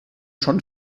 schon